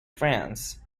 france